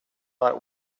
like